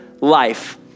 life